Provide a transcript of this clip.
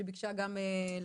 שביקשה גם לדבר.